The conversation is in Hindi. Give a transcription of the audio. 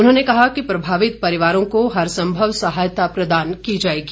उन्होंने कहा कि प्रभावित परिवारों को हर संभव सहायता प्रदान की जाएगी